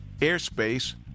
Airspace